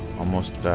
almost, ah,